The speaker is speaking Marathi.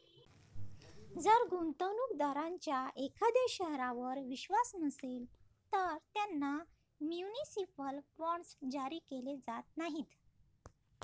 जर गुंतवणूक दारांचा एखाद्या शहरावर विश्वास नसेल, तर त्यांना म्युनिसिपल बॉण्ड्स जारी केले जात नाहीत